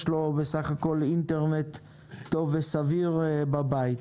לו בסך הכול אינטרנט טוב וסביר בבית.